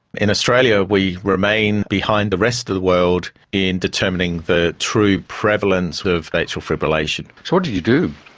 in australia we remain behind the rest of the world in determining the true prevalence of atrial fibrillation. so what did you do?